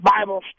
Bible